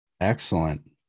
Excellent